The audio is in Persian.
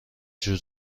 جور